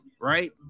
right